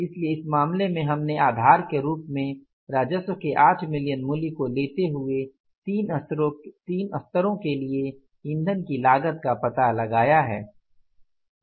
इसलिए इस मामले में हमने आधार के रूप में राजस्व के 8 मिलियन मूल्य को लेते हुए तीन स्तरों के लिए ईंधन की लागत का पता लगाया है